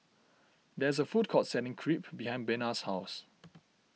there is a food court selling Crepe behind Bena's house